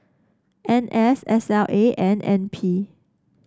N S S L A and N P